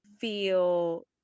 feel